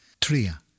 Tria